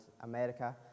America